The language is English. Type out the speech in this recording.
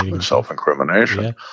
self-incrimination